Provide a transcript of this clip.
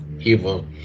evil